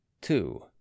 two